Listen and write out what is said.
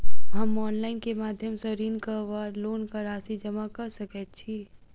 हम ऑनलाइन केँ माध्यम सँ ऋणक वा लोनक राशि जमा कऽ सकैत छी?